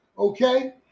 Okay